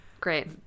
Great